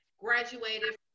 graduated